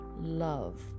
love